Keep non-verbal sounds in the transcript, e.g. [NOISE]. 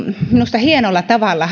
minusta hienolla tavalla [UNINTELLIGIBLE]